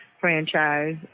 franchise